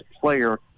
player